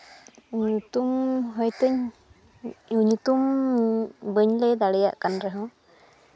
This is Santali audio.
ᱧᱩᱛᱩᱢ ᱦᱚᱭᱛᱳᱧ ᱧᱩᱛᱩᱢ ᱵᱟᱹᱧ ᱞᱟᱹᱭ ᱫᱟᱲᱮᱭᱟᱜ ᱠᱟᱱ ᱨᱮᱦᱚᱸ